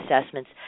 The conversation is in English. assessments